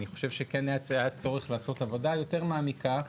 אני חושב שכן היה הצורך לעשות עבודה יותר מעמיקה.